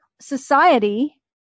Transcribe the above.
society